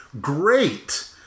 great